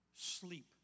sleep